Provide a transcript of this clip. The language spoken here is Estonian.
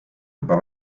juba